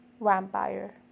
Vampire